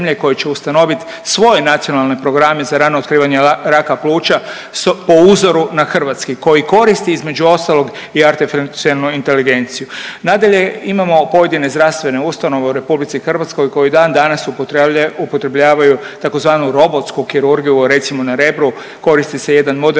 koje će ustanovit svoje Nacionalne programe za rano otkrivanje raka pluća po uzoru na hrvatski koji koristi između ostalog i artificijelnu inteligenciju. Nadalje, imamo pojedine zdravstvene ustanove u RH koje i dan danas upotrebljavaju tzv. robotsku kirurgiju, recimo na Rebru koristi se jedan moderan